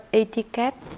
etiquette